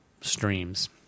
streams